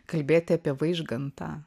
kalbėti apie vaižgantą